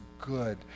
good